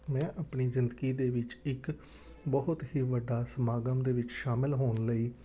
ਮੈਂ ਆਪਣੀ ਜ਼ਿੰਦਗੀ ਦੇ ਵਿੱਚ ਇੱਕ ਬਹੁਤ ਹੀ ਵੱਡਾ ਸਮਾਗਮ ਦੇ ਵਿੱਚ ਸ਼ਾਮਿਲ ਹੋਣ ਲਈ